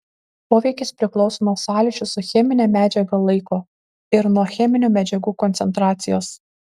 poveikis priklauso nuo sąlyčio su chemine medžiaga laiko ir nuo cheminių medžiagų koncentracijos